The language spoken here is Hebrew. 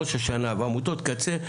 ראש השנה ועמותות קצה,